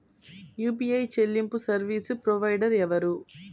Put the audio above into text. UPI చెల్లింపు service provider ఎవరు?